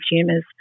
consumers